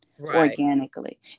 organically